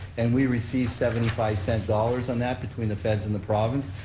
and we receive seventy five cent dollars on that between the feds and the province,